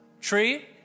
Tree